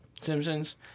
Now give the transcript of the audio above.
Simpsons